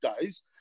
days